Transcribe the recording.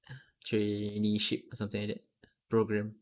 uh traineeship or something like that programme